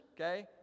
okay